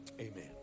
amen